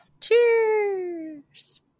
Cheers